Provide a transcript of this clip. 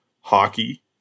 hockey